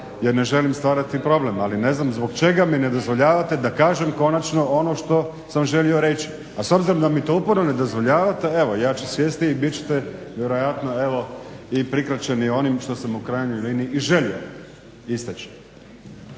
jer ne želim stvarati problem, ali ne znam zbog čega mi ne dozvoljavate da kažem konačno ono što sam želio reći. A s obzirom da mi to uporno ne dozvoljavate evo ja ću sjesti i bit ćete vjerojatno i prikraćeni onim što sam u krajnjoj liniji i želio istaći.